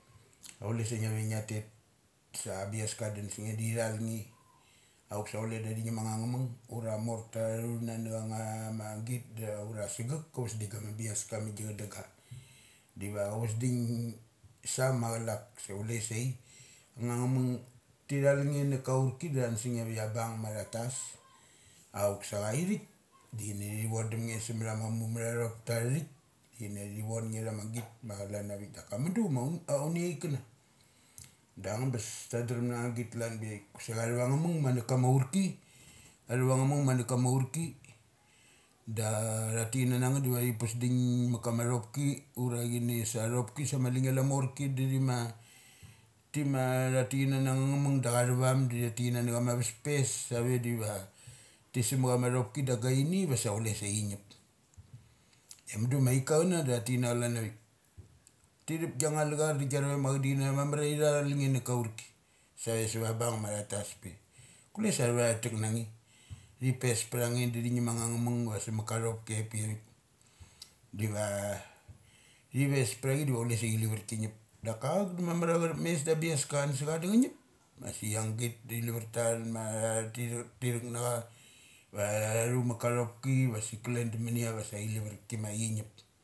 A chule sa ngia ve ngia tet. Sa abiaska cha du sa nge da thi thal nge. Auk sa chule sa thi ngum anga ngamung ura morta thu thum na na chama git da ura sa gek ura sagek ka vas ding na cha ma biaska ma gia cha dungga. Diva cha vas ding sa macha lak sa chule sai angnga cha mung ti thal nge na kaurki di thun sangnge veia bung ma tha thas. Auk sa cha ithik, din ni thi von dum nge sam ma mtha mumatha thop ta atha thik dini thi von nge na ma git ma calan avik. Da ka mudu ma auni chaik kana. Da angabes ta drem na ma tan drum na ma git kalan biavik. Kusek athava nga mung ma na kama aurki, athava nga mung mana kama aurki da tha tik kanana ngeth diva tha pusding ma kama athopi ura chini athopi sa mali ngi a lu chi ia morki da thi ma, tima tha tik kanana nga ma nga mung da athavum da tha tik kana na chama vas pes sa ve diva ti sum ma cha ma thopi diva gaina va sa chule sai chi ngip. De mudu ma aika chana da tha tik kana cha lan avik. Ti thup giangnga lachar da gia rovek ma acha di chin na tha da mamar ia thi thal nge na ikaurki. Sae sava bung ma thatas pe. Kule sa athava tek nange. Ta pes pitha nge da thi ngum angnga chamung va savat ka thopki ai pi vi avik. Diva thi ves ptha chi diva chule sa chi lavar ki gip. Daka auk da mamar ia cha thup mes da abi aska chun sa cha da changip ma si agit di thi lavar thathun ma ti thuk, ti thuk na cha va tha thu ma ka thopki vasik kule da ammunia vasa chi lavar ki ma chi ngip.